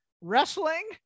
wrestling